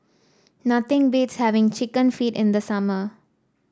nothing beats having chicken feet in the summer